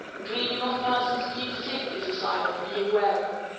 dreaming of persons being sick is a sign of being well.